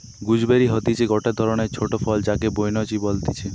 gooseberry হতিছে গটে ধরণের ছোট ফল যাকে বৈনচি বলতিছে